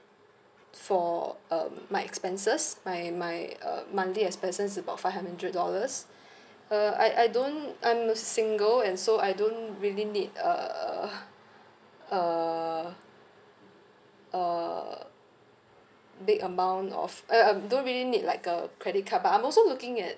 for um my expenses my my uh monthly expenses about five hundred dollars uh I I don't I'm single and so I don't really need a a a big amount of uh um don't really need like a credit card but I'm also looking at